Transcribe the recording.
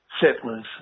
settlers